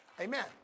Amen